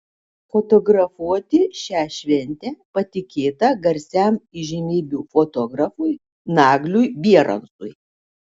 fotografuoti šią šventę patikėta garsiam įžymybių fotografui nagliui bierancui